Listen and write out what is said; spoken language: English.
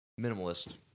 Minimalist